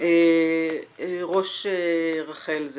ראש רח"ל.